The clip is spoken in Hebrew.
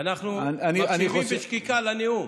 אנחנו מקשיבים בשקיקה לנאום.